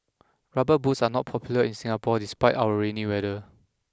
rubber boots are not popular in Singapore despite our rainy weather